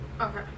Okay